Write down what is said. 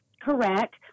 correct